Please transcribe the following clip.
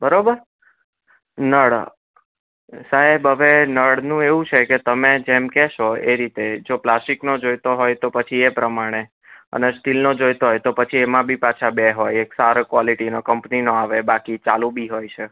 બરોબર નળ સાહેબ હવે નળનું એવું છેકે તમે જેમ કહેશો એ રીતે જો પ્લાસ્ટિકનો જોઈતો હોય તો પછી એ પ્રમાણે અને સ્ટીલનો જોઈતો હોય તો પછી એમાં બી પાછા બે હોય એક સારી ક્વોલિટી કંપનીનો આવે બાકી ચાલુ બી હોય છે